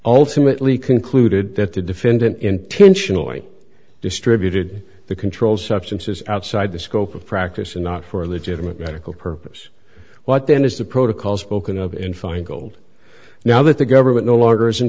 ultimately concluded that the defendant intentionally distributed the controlled substances outside the scope of practice and not for a legitimate medical purpose what then is the protocol spoken of in feingold now that the government no longer is